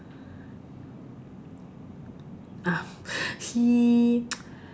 ah